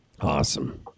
awesome